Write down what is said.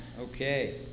Okay